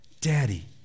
Daddy